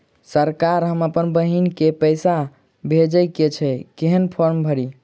Sir हम अप्पन बहिन केँ पैसा भेजय केँ छै कहैन फार्म भरीय?